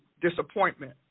disappointment